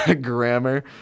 Grammar